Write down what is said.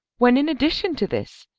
when in addition to this,